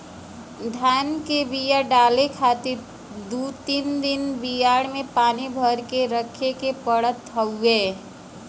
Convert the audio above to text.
धान के बिया डाले खातिर दू तीन दिन बियाड़ में पानी भर के रखे के पड़त हउवे